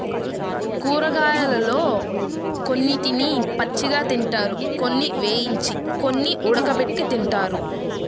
కూరగాయలలో కొన్నిటిని పచ్చిగా తింటారు, కొన్ని వేయించి, కొన్ని ఉడకబెట్టి తింటారు